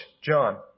John